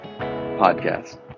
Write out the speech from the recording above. podcast